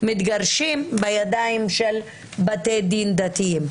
מתגרשים נשאר בידיים של בתי דין דתיים,